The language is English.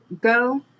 go